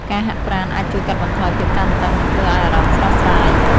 ការហាត់ប្រាណអាចជួយកាត់បន្ថយភាពតានតឹង និងធ្វើឲ្យអារម្មណ៍ស្រស់ស្រាយ។